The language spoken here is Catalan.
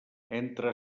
entre